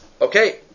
Okay